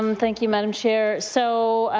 um thank you, madam chair. so